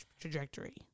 trajectory